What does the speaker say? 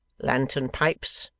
lantern, pipes,